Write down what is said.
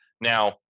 Now